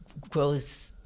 grows